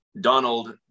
Donald